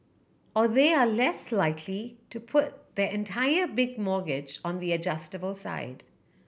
or they are less likely to put their entire big mortgage on the adjustable side